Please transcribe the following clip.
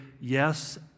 yes